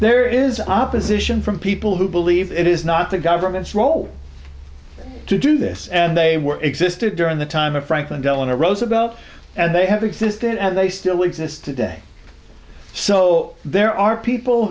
there is opposition from people who believe it is not the government's role to do this and they were existed during the time of franklin delano roosevelt and they have existed and they still exist today so there are people